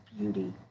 beauty